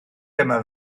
dyma